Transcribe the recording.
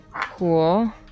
Cool